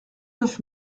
neuf